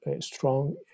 strong